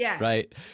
right